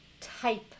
type